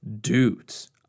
dudes